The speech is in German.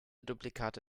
duplikate